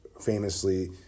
famously